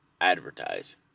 advertise